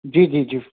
جی جی جی